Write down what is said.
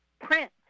print